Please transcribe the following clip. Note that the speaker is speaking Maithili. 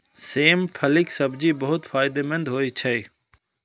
सेम फलीक सब्जी बहुत फायदेमंद होइ छै